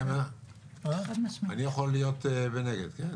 לא הזכרת אותי, אז אני יכול להיות נגד.